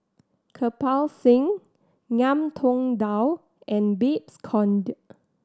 Kirpal Singh Ngiam Tong Dow and Babes Conde